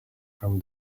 from